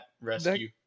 rescue